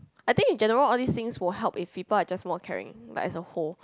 I think in general all these things will help if people are just more caring like as a whole